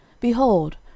BEHOLD